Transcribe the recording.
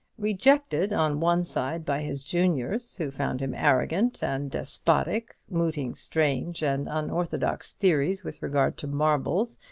rejected on one side by his juniors, who found him arrogant and despotic, mooting strange and unorthodox theories with regard to marbles,